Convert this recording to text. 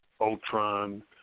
Ultron